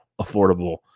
affordable